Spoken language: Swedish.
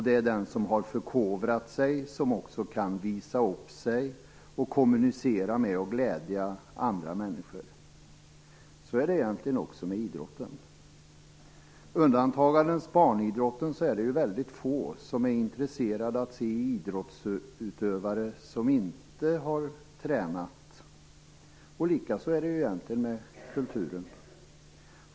Det är den som har förkovrat sig som också kan visa upp sig och kommunicera med och glädja andra människor. Så är det egentligen också med idrotten. Undantagandes barnidrotten är det väldigt få som är intresserade av att se idrottsutövare som inte har tränat. Likaså är det egentligen med kulturen.